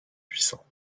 puissant